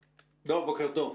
דב, בוקר טוב.